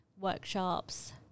workshops